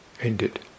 ended